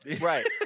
right